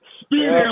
Spirit